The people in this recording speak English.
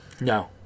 No